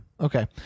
Okay